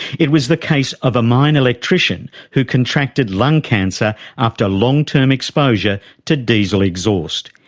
it was the case of a mine electrician who contracted lung cancer after long-term exposure to diesel exhaust.